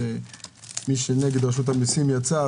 שמי שהוא נגד רשות המסים יצא.